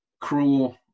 cruel